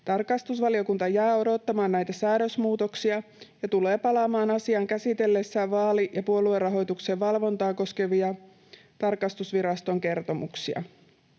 Tarkastusvaliokunta jää odottamaan näitä säädösmuutoksia ja tulee palaamaan asiaan käsitellessään vaali‑ ja puoluerahoituksen valvontaa koskevia tarkastusviraston kertomuksia.